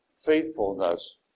faithfulness